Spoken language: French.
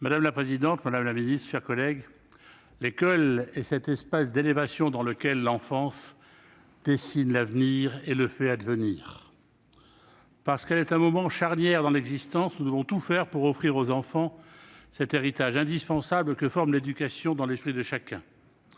Madame la présidente, madame la secrétaire d'État, mes chers collègues, l'école est cet espace d'élévation dans lequel l'enfance dessine l'avenir et le fait advenir. Parce qu'elle est un moment charnière dans l'existence, nous devons tout faire pour offrir aux enfants cet héritage indispensable que forme l'éducation dans l'esprit de chacun.